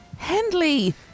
Hendley